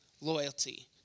loyalty